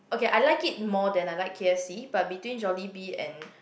okay I like it more than I like k_f_c but between Jollibee and